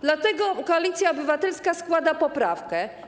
Dlatego Koalicja Obywatelska składa poprawkę.